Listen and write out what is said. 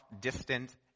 distant